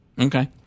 Okay